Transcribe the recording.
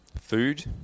food